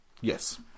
yes